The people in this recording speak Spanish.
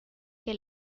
que